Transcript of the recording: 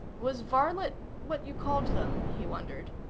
was varlet what you called them, he wondered.